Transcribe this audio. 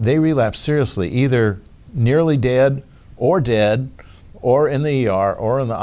they relapse seriously either nearly dead or dead or